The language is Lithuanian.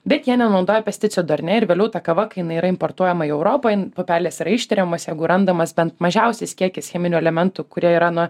bet jie nenaudoja pesticidų ar ne ir vėliau ta kava kai jinai yra importuojama į europą jin pupelės yra ištiriamos jeigu randamas bent mažiausias kiekis cheminių elementų kurie yra na